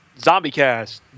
ZombieCast